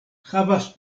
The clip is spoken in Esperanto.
havas